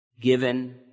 given